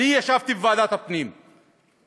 אני ישבתי בוועדת הפנים ואמרתי,